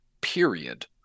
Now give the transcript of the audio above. period